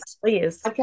Please